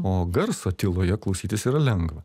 o garso tyloje klausytis yra lengva